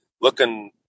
looking